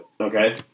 Okay